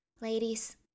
Ladies